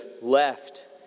left